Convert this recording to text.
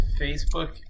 Facebook